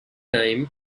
name